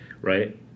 Right